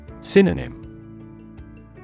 Synonym